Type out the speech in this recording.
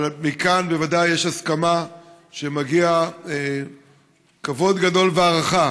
אבל מכאן בוודאי יש הסכמה שמגיעים כבוד גדול והערכה